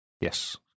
Yes